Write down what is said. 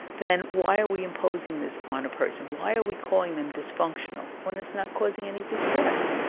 then why are we imposing this on a person? why are we calling them dysfunctional when it's not causing any distress?